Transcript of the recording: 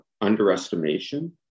underestimation